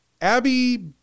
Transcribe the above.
Abby